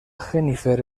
jennifer